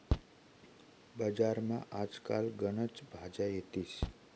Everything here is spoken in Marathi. बजारमा आज काल गनच भाज्या येतीस